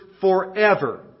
forever